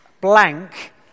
blank